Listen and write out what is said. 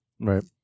Right